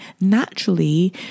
naturally